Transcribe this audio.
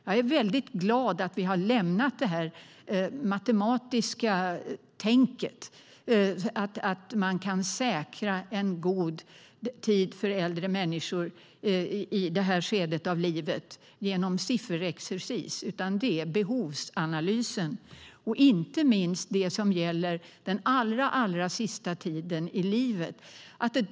Jag är väldigt glad att vi har lämnat det matematiska tänket, att man kan säkra en god tid för äldre människor i det här skedet av livet genom sifferexercis. Det är behovsanalysen som ska gälla, inte minst det som gäller den allra sista tiden i livet.